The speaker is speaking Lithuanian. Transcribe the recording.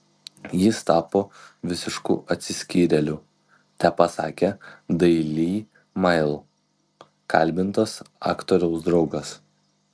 jis tapo visišku atsiskyrėliu tepasakė daily mail kalbintas aktoriaus draugas